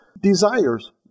desires